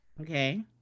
Okay